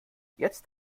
jetzt